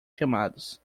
chamados